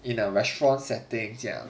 in a restaurant setting 这样